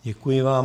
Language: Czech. Děkuji vám.